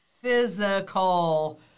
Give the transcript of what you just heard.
physical